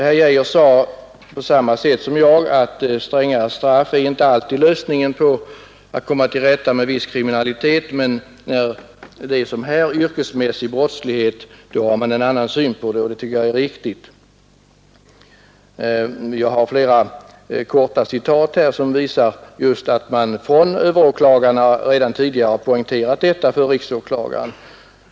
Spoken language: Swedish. Herr Geijer sade i likhet med mig att strängare straff inte alltid är lösningen för att komma till rätta med viss kriminalitet. När det som här är fråga om yrkesmässig brottslighet har han emellertid ett annat synsätt, och det tycker jag är riktigt. Jag har flera korta citat som visar att överåklagarna redan tidigare poängterat detta för riksåklagaren.